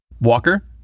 Walker